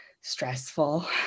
stressful